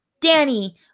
Danny